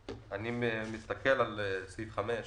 אני מסתכל על סעיף 5 (10):